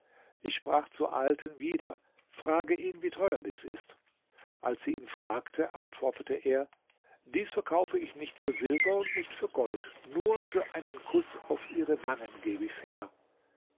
ich sprach zur alten wieder frage ihn wie teuer dies ist als sie ihn fragte antwortete er dies verkaufe ich nicht für silber und nicht für gold nur für einen kuß auf ihre wangen geb ich's her